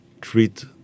treat